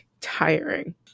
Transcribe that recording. tiring